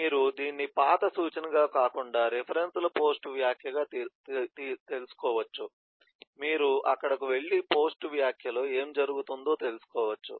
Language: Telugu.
మీరు దీన్ని పాత సూచనగా కాకుండా రిఫరెన్స్ల పోస్ట్ వ్యాఖ్యగా తెలుసుకోవచ్చు మీరు అక్కడకు వెళ్లి పోస్ట్ వ్యాఖ్యలో ఏమి జరుగుతుందో తెలుసుకోవచ్చు